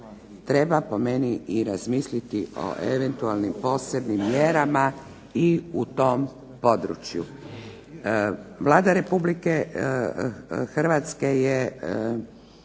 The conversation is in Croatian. treba po meni razmisliti o eventualnim posebnim mjerama i u tom području. Vlada Republike Hrvatske je